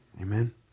Amen